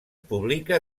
publica